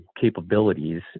capabilities